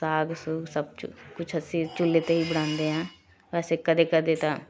ਸਾਗ ਸੂਗ ਸਭ ਚੁ ਕੁਛ ਅਸੀਂ ਚੁੱਲ੍ਹੇ 'ਤੇ ਹੀ ਬਣਾਉਂਦੇ ਹਾਂ ਅਸੀਂ ਕਦੇ ਕਦੇ ਤਾਂ